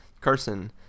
Carson